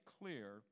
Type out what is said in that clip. clear